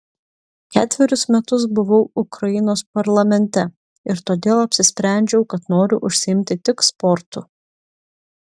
ketverius metus buvau ukrainos parlamente ir todėl apsisprendžiau kad noriu užsiimti tik sportu